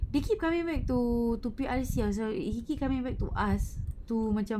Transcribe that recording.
they keep coming back to to P_R_C ourselves he keep coming back to us to macam